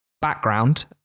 background